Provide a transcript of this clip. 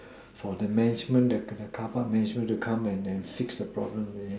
for the management the the carpark management to come and and fix the problem leh